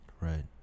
right